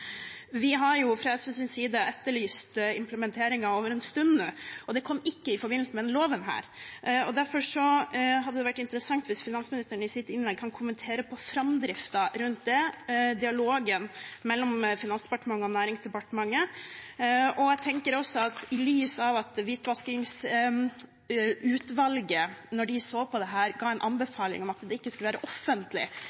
Vi har fra SVs side etterlyst implementeringen en stund nå. Den kom ikke i forbindelse med denne loven. Derfor hadde det vært interessant om finansministeren i sitt innlegg kunne kommentere framdriften av det, dialogen mellom Finansdepartementet og Næringsdepartementet. Jeg vil også spørre, i lys av at Hvitvaskingslovutvalget, da de så på dette, ga en